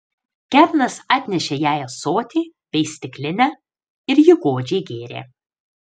kernas atnešė jai ąsotį bei stiklinę ir ji godžiai gėrė